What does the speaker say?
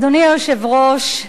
אדוני היושב-ראש,